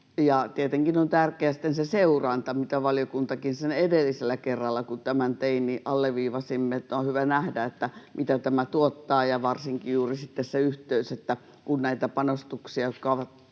Tietenkin on tärkeää sitten se seuranta, mitä valiokunnassakin edellisellä kerralla, kun tämän teimme, alleviivasimme, että on hyvä nähdä, mitä tämä tuottaa, ja varsinkin juuri sitten se yhteys, että kun näitä panostuksia, jotka ovat